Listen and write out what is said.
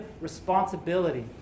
responsibility